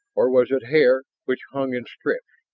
or was it hair which hung in strips,